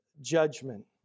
judgment